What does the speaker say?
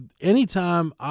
anytime